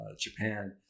Japan